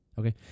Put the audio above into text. Okay